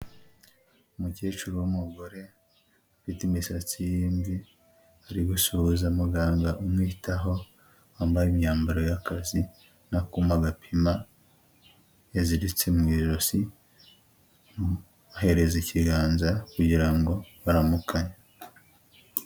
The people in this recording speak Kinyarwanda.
Umukecuru w'umugore ufite imisatsi y'imvi ari gusuhuza muganga umwitaho wambaye imyambaro y'akazi nakuma agapima yaziritse mu ijosi, amuhereza ikiganza kugira ngo baramukanye.